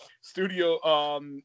Studio